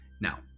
Now